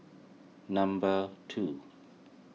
number two